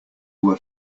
were